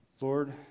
Lord